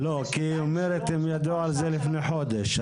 היא אומרת שהם ידעו על זה לפני חודש,